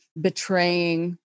betraying